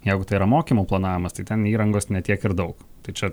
jeigu tai yra mokymų planavimas tai ten įrangos ne tiek ir daug tai čia